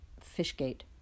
fish-gate